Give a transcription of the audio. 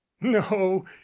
No